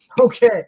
Okay